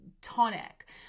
tonic